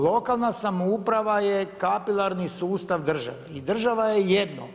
Lokalna samouprava je kapilarni sustav države i država je jedno.